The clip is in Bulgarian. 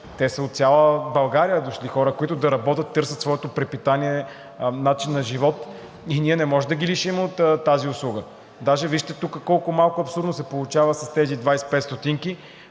души. От цяла България са дошли хората да работят, да търсят своето препитание, начин на живот и ние не можем да ги лишим от тази услуга. Даже вижте тук колко абсурдно се получава с тези 25 стотинки,